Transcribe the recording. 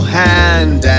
hand